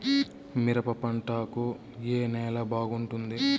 మిరప పంట కు ఏ నేల బాగుంటుంది?